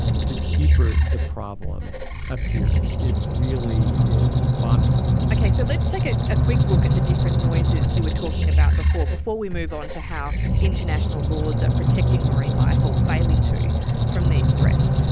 the deeper the problem appears. it really is bottomless. okay, so let's take a ah quick look at the different noises you were talking about before, before we move on to how international laws are protecting marine life or failing to from these threats.